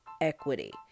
equity